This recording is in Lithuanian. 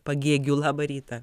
pagėgių labą rytą